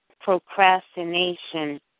procrastination